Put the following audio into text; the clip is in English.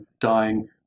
dying